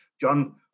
John